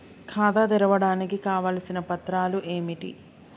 ఖాతా తెరవడానికి కావలసిన పత్రాలు ఏమిటి?